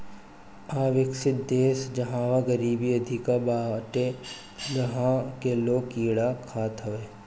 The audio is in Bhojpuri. अविकसित देस जहवा गरीबी अधिका बाटे उहा के लोग कीड़ा खात हवे